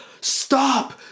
Stop